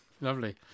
Lovely